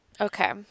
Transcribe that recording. Okay